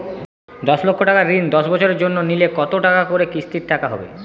দশ লক্ষ টাকার ঋণ দশ বছরের জন্য নিলে কতো টাকা করে কিস্তির টাকা হবে?